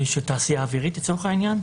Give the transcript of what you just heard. של תעשייה אווירית לצורך העניין,